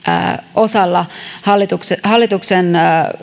osalla hallituksen hallituksen